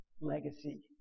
legacy